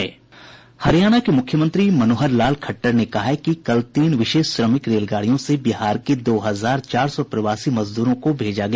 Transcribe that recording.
हरियाणा के मुख्यमंत्री मनोहर लाल खट्टर ने कहा है कि कल तीन विशेष श्रमिक रेलगाड़ियों से बिहार के दो हजार चार सौ प्रवासी मजदूरों को भेजा गया